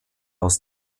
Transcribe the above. aus